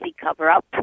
cover-up